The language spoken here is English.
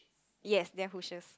yes